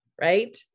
right